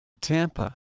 Tampa